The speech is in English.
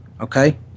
okay